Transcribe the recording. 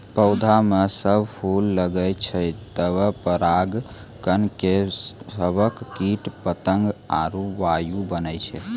पौधा म जब फूल लगै छै तबे पराग कण के सभक कीट पतंग आरु वायु बनै छै